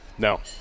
No